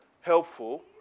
helpful